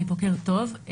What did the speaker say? בוקר טוב.